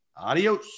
Adios